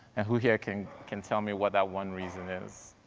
and who here can can tell me what that one reason is?